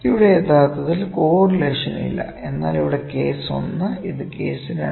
ഇവിടെ യഥാർത്ഥത്തിൽ കോറിലേഷൻ ഇല്ല എന്നാൽ ഇവിടെ കേസ് 1 ഇത് കേസ് 2